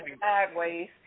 sideways